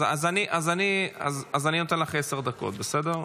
אז אני נותן לך עשר דקות בסדר?